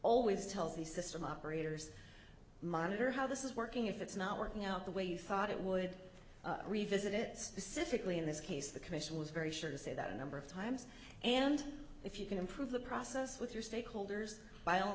always tells the system operators monitor how this is working if it's not working out the way you thought it would revisit it specifically in this case the commission was very sure to say that a number of times and if you can improve the process with your stakeholders by all